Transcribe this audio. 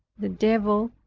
the devil,